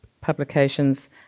publications